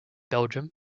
belgium